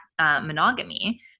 monogamy